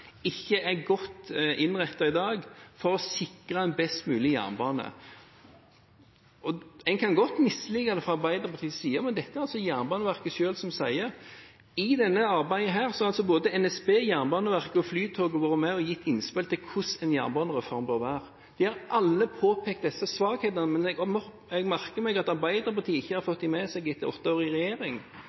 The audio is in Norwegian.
ikke er godt innrettet i dag for å sikre en best mulig jernbane. Og en kan godt mislike det fra Arbeiderpartiets side, men dette er det altså Jernbaneverket selv som sier. I dette arbeidet har både NSB, Jernbaneverket og Flytoget vært med og gitt innspill til hvordan en jernbanereform bør være. De har alle påpekt disse svakhetene. Men jeg merker meg at Arbeiderpartiet ikke har fått dem med seg etter åtte år i regjering.